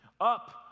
Up